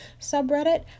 subreddit